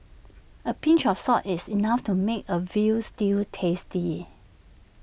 A pinch of salt is enough to make A Veal Stew tasty